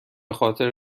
خاطر